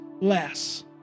less